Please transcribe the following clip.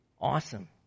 awesome